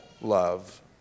love